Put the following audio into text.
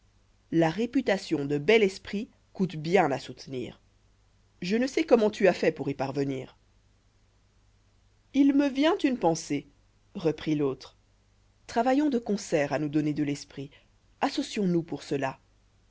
la réputation de bel esprit coûte bien à soutenir je ne sais comment tu as fait pour y parvenir il me vient dans l'idée une chose reprit l'autre travaillons de concert à nous donner de l'esprit associons nous pour cela